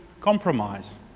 compromise